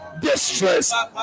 distress